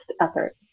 effort